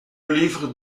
livre